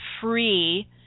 free